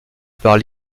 parle